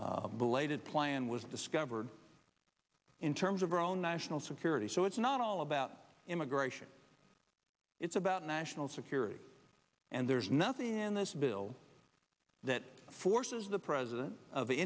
belated plan was discovered in terms of our own national security so it's not all about immigration it's about national security and there's nothing in this bill that forces the president of